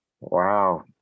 Wow